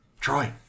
Troy